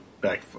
back